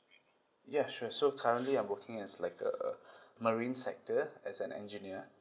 ya sure so currently I'm working as like a marine sector as an engineer